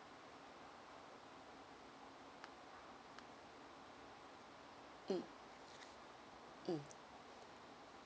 mm mm